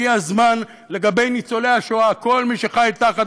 הגיע הזמן לגבי ניצולי השואה: כל מי שחי תחת